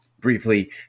briefly